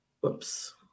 Whoops